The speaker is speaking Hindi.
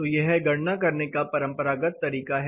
तो यह गणना करने का परंपरागत तरीका है